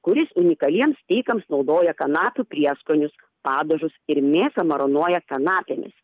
kuris unikaliems steikams naudoja kanapių prieskonius padažus ir mėsą maronuoja kanapėmis